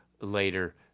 later